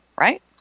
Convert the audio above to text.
right